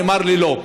נאמר לי: לא.